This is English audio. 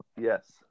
yes